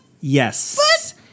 Yes